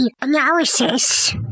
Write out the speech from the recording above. analysis